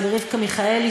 ולרבקה מיכאלי,